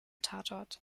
tatort